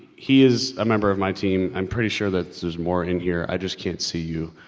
he is a member of my team. i'm pretty sure that there's more in here, i just can't see you.